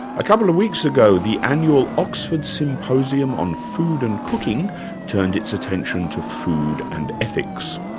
a couple of weeks ago the annual oxford symposium on food and cooking turned its attention to food and ethics.